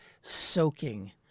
soaking